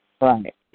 Right